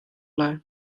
lai